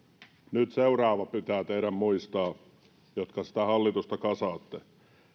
seuraava pitää nyt muistaa teidän jotka sitä hallitusta kasaatte